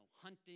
hunting